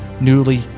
newly